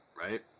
right